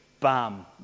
bam